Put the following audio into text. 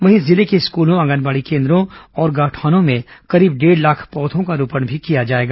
वहीं जिले के स्कूलों आंगनबाड़ी केंद्रों और गौठानो में करीब डेढ़ लाख पौधों का रोपण भी किया जाएगा